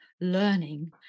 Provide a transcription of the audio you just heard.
learning